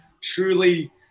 truly